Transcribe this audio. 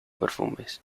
perfumes